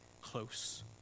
close